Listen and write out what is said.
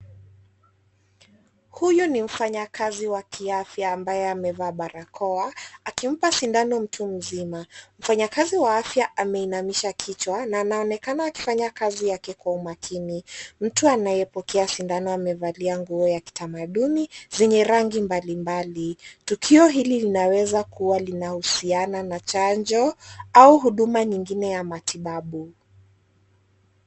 Huyu ni mfanyakazi wa afya ambaye amevaa barakoa, akimpa sindano mtu mzima. Mfanyakazi ya afya ameinamisha kichwa na anaonekana akifanya kazi yake kwa umakini. Mtu anayepokea sindano amevalia nguo ya kitamaduni zenye rangi mbalimbali. Tukio hili linaweza kuwa linahusiana na chanjo, au huduma nyingine ya matibabu.